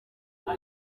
bwa